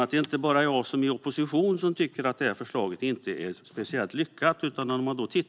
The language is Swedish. Det är inte bara jag, som är i opposition, som tycker att förslaget inte är särskilt lyckat.